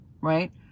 Right